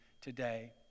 today